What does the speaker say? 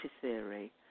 theory